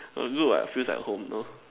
no good what feels like home no